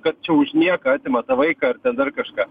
kad čia už nieką atima tą vaiką ar ten dar kažką